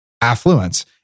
affluence